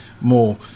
more